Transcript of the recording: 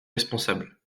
responsable